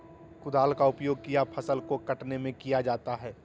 कुदाल का उपयोग किया फसल को कटने में किया जाता हैं?